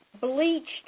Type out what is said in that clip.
bleached